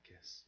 kiss